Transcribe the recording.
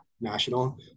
national